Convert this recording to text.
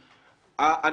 אבל שידייק.